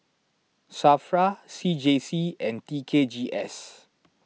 Safra C J C and T K G S